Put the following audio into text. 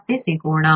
ಮತ್ತೆ ಸಿಗೋಣ